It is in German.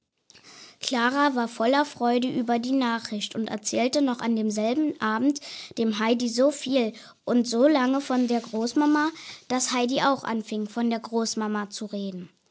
klara war voller freude über die nachricht und erzählte noch an demselben abend dem heidi so viel und so lange von der großmama dass heidi auch anfing von der großmama zu reden